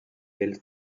del